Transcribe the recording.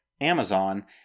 Amazon